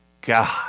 God